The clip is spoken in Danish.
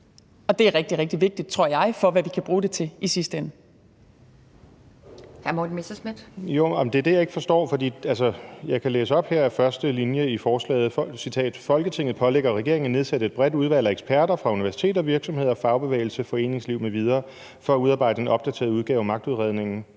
Anden næstformand (Pia Kjærsgaard): Hr. Morten Messerschmidt. Kl. 11:53 Morten Messerschmidt (DF): Det er det, jeg ikke forstår. Jeg kan læse op her af første linje i forslaget: »Folketinget pålægger regeringen at nedsætte et bredt udvalg af eksperter fra universiteter, virksomheder, fagbevægelse, foreningsliv m.v. for at udarbejde en opdateret udgave af magtudredningen«.